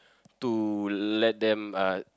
to let them uh